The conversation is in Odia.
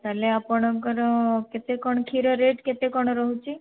ତାହେଲେ ଆପଣଙ୍କର କେତେ କଣ କ୍ଷୀର ରେଟ୍ କେତେ କଣ ରହୁଛି